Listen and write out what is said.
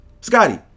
Scotty